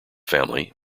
family